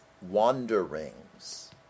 wanderings